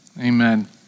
Amen